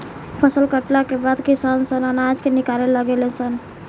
फसल कटला के बाद किसान सन अनाज के निकाले लागे ले सन